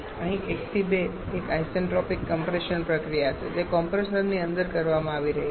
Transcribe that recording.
અહીં 1 થી 2 એક આઇસેન્ટ્રોપિક કમ્પ્રેશન પ્રક્રિયા છે જે કોમ્પ્રેસરની અંદર કરવામાં આવી રહી છે